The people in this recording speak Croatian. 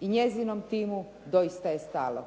i njezinom timu doista je stalo